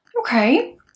okay